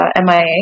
MIA